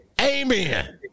amen